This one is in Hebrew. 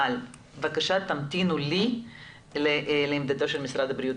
אבל בבקשה תמתינו לי לעמדתו של משרד הבריאות.